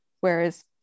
whereas